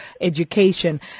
education